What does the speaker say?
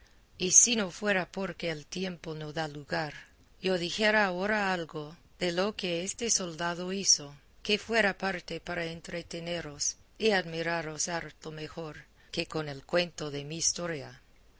y si no fuera porque el tiempo no da lugar yo dijera ahora algo de lo que este soldado hizo que fuera parte para entreteneros y admiraros harto mejor que con el cuento de mi